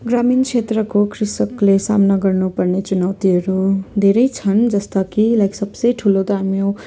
ग्रामीण क्षेत्रको कृषकले सामना गर्नुपर्ने चुनौतीहरू धेरै छन् जस्ता कि लाइक सबसे ठुलो त हामी हो